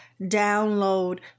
download